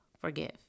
Forgive